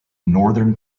northern